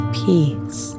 peace